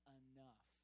enough